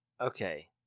Okay